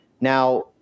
Now